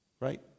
right